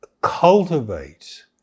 Cultivate